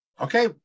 Okay